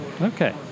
Okay